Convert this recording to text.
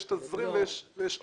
יש תזרים ויש הון.